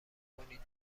کنید